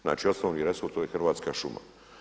Znači osnovni resurs to je hrvatska šuma.